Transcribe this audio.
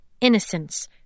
Innocence